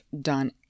done